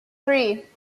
three